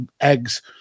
eggs